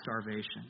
starvation